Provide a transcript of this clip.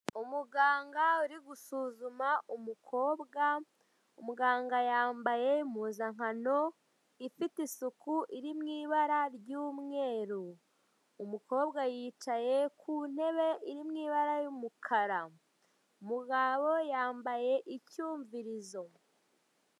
Umuganga uri gusuzuma umukobwa, muganga yambaye impuzankano ifite isuku, iri mu ibara ry'umweru. Umukobwa yicaye ku ntebe iri mu ibara y'umukara. Umugabo yambaye icyumvirizo.